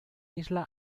isla